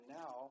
now